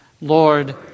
Lord